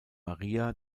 maria